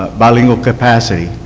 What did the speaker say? bilingual capacity.